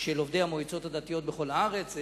של עובדי המועצות הדתיות בכל הארץ,